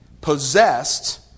possessed